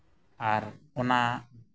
ᱟᱨ ᱚᱱᱟ